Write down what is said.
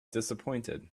disappointed